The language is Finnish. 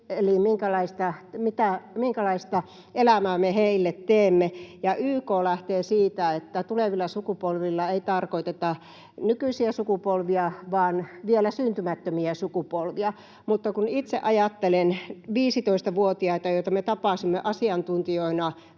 minkälaista elämää me heille teemme. YK lähtee siitä, että tulevilla sukupolvilla ei tarkoiteta nykyisiä sukupolvia vaan vielä syntymättömiä sukupolvia. Mutta kun itse ajattelen 15-vuotiaita, joita me tapasimme asiantuntijoina